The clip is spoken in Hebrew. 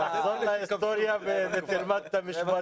תחזור להיסטוריה ותלמד את המשפט